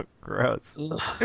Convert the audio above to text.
Gross